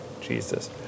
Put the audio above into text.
Jesus